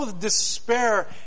despair